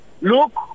Look